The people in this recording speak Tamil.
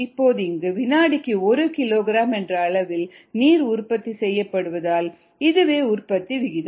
இப்போது இங்கு வினாடிக்கு 1 கிலோகிராம் என்ற அளவில் நீர் உற்பத்தி செய்யப்படுவதால் இதுவே உற்பத்தி விகிதம்